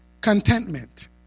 contentment